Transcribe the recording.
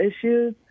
issues